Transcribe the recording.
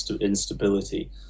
instability